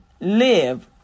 live